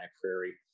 Prairie